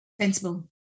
sensible